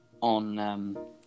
on